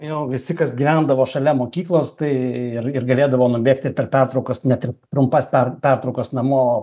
jau visi kas gyvendavo šalia mokyklos tai ir ir galėdavo nubėgti per pertraukas net ir trumpas per pertraukas namo